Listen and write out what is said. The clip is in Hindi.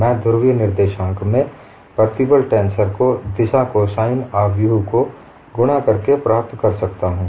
मैं ध्रुवीय निर्देशांक में प्रतिबल टेंसर को दिशा कोसाइन आव्यूह को गुणा करके प्राप्त कर सकता हूँ